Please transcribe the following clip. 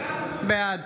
בעד